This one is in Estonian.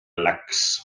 läks